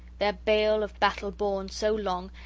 their bale of battle borne so long,